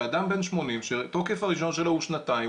שאדם בן 80 שתוקף הרישיון שלו הוא שנתיים,